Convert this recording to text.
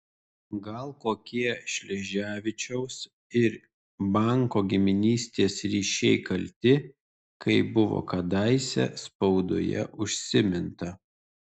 gal kokie šleževičiaus ir banko giminystės ryšiai kalti kaip buvo kadaise spaudoje užsiminta